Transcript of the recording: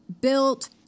built